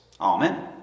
Amen